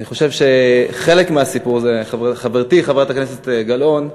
אני חושב שחלק מהסיפור, חברתי חברת הכנסת גלאון,